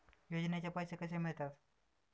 योजनेचे पैसे कसे मिळतात?